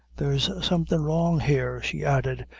there's something wrong here, she added,